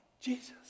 Jesus